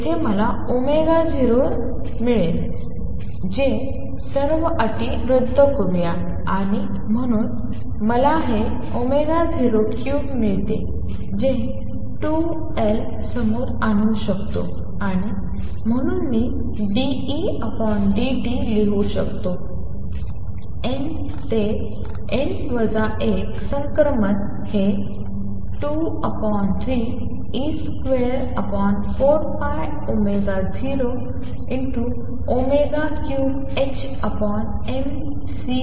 या मला 0 देते त्या काही अटी रद्द करूया आणि म्हणून मला हे 03 मिळते जे 2 I समोर आणू शकतो आणि म्हणून मी dEdt लिहू शकतो n ते n 1 संक्रमण हे 23e24π003mc3